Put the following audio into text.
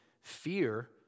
fear